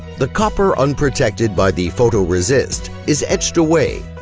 the copper unprotected by the photoresist is etched away,